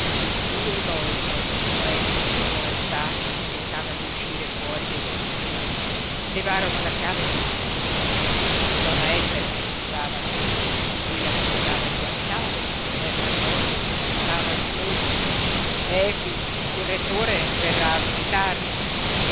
due volte noemi lo trovò alzato che tentava di uscire fuori del cortile levarono la chiave dal portone donna ester si curvava su lui gli accomodava il guanciale la coperta addosso gli tastava il polso efix il rettore verrà a visitarti